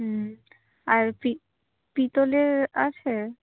হুম আর পি পিতলের আছে